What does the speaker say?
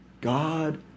God